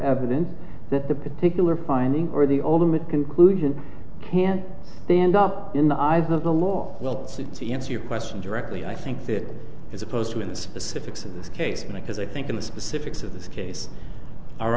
evidence that the particular finding or the ultimate conclusion can stand up in the eyes of the law will see answer your question directly i think that as opposed to the specifics of the case like this i think in the specifics of this case our